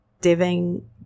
Diving